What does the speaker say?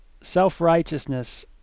self-righteousness